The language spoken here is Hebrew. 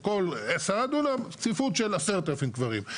על כל עשרה דונם צפיפות של 10,000 קברים,